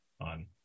on